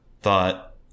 thought